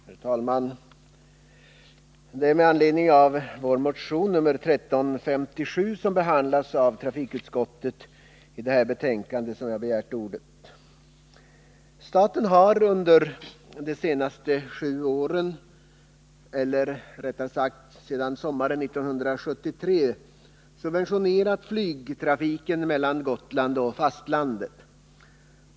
Herr talman! Det är med anledning av vår motion 1357, som behandlas av trafikutskottet i det här betänkandet, som jag har begärt ordet. Staten har under de senaste sju åren — eller sedan sommaren 1973 — subventionerat flygtrafiken mellan Gotland och fastlandet.